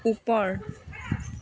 ওপৰ